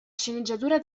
sceneggiatura